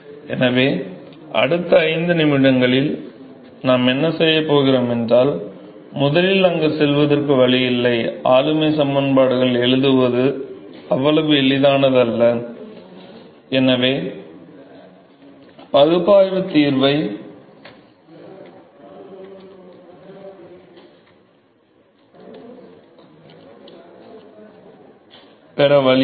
எனவே அடுத்த 5 நிமிடங்களில் நாம் என்ன செய்யப் போகிறோம் என்றால் முதலில் அங்கு செல்வதற்கு வழி இல்லை ஆளுமை சமன்பாடுகளை எழுதுவது அவ்வளவு எளிதானது அல்ல எனவே பகுப்பாய்வு தீர்வைப் பெற வழி இல்லை